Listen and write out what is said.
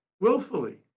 willfully